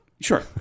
Sure